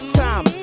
time